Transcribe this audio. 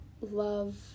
love